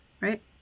right